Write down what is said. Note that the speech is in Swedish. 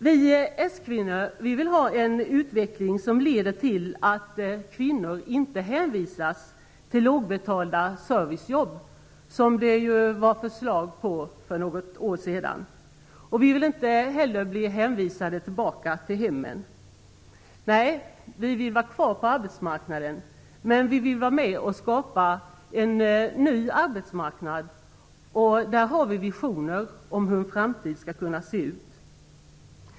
Vi socialdemokratiska kvinnor vill ha en utveckling som leder till att kvinnor inte hänvisas till lågbetalda servicejobb, vilket ju var på förslag för något år sedan. Vi vill inte heller bli hänvisade tillbaka till hemmen. Nej, vi vill vara kvar på arbetsmarknaden. Men vi vill vara med och skapa en ny arbetsmarknad. Vi har visioner om hur en framtid skall kunna se ut.